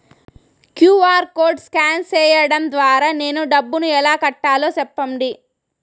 QR code scan సేయడం ద్వారా నేను డబ్బును ఎలా కట్టాలో సెప్పండి?